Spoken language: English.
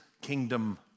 Kingdom